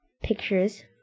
pictures